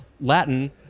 Latin